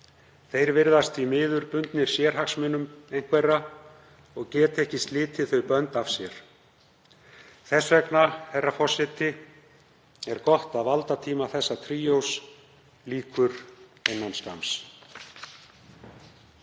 Þeir virðast því miður bundnir sérhagsmunum einhverra og geta ekki slitið þau bönd af sér. Þess vegna, herra forseti, er gott að valdatíma þessa tríós lýkur innan skamms.